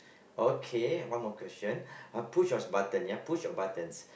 okay one more question uh push your button ya push your buttons